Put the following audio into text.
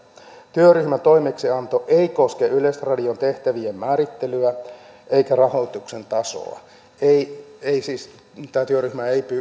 työryhmän toimeksianto ei koske yleisradion tehtävien määrittelyä eikä rahoituksen tasoa siis tämä työryhmä ei